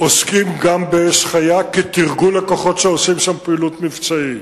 רעש הירי,